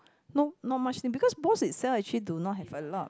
no not much things because actually Bosch itself actually do not have a lot